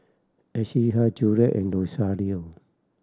Juliet and Rosario